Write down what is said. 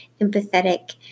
empathetic